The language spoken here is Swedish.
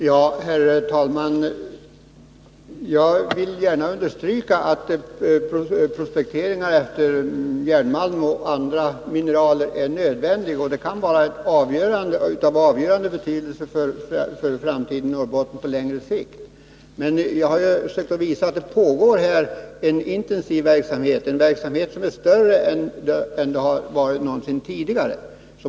Herr talman! Jag vill gärna understryka att prospektering efter järnmalm och andra mineraler är nödvändig och kan vara av avgörande betydelse för framtiden i Norrbotten på längre sikt. Men jag har försökt visa att det pågår en intensiv verksamhet, en verksamhet som är större än någonsin tidigare.